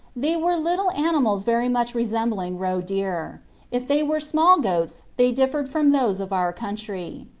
they were little animals very much resembling roe deer if they were small goats they differed from those of our country.